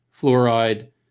fluoride